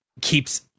keeps